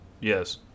Yes